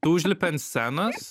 tu užlipi ant scenos